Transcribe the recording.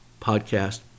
podcast